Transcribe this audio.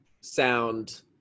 sound